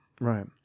Right